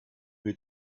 wir